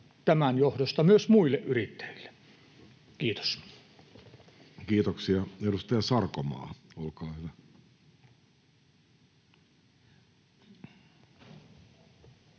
tämän johdosta myös muille yrittäjille. — Kiitos. Kiitoksia. — Edustaja Sarkomaa, olkaa hyvä.